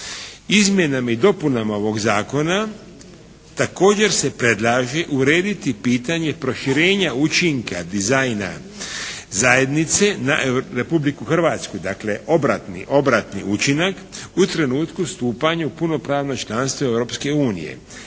Izmjenama i dopunama ovog Zakona također se predlaže urediti pitanje proširenja učinka dizajna zajednice na Republiku Hrvatsku, dakle obratni učinak u trenutku stupanja u punopravno članstvo